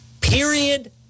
period